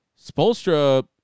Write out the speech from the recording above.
Spolstra